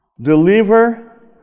Deliver